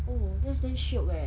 oh that's damn shiok leh